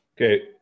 Okay